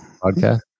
podcast